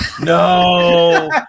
No